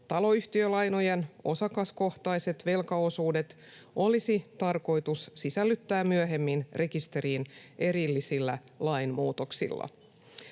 Taloyhtiölainojen osakaskohtaiset velkaosuudet olisi tarkoitus sisällyttää myöhemmin rekisteriin erillisillä lainmuutoksilla.